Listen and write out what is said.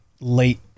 late